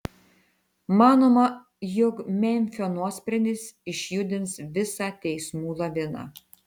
manoma jog memfio nuosprendis išjudins visą teismų laviną